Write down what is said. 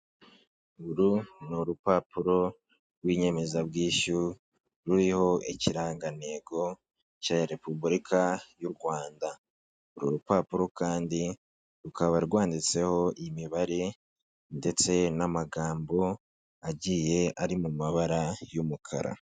Uru ni urupapuro rw'inyemezabwishyu ruriho ikirangantego cya repubulika y'u Rwanda. Uru rupapuro kandi rukaba rwanditseho imibare ndetse n'amagambo agiye ari mu mabara y'umukara.